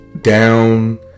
Down